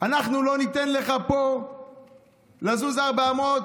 אנחנו לא ניתן לך פה לזוז ארבע אמות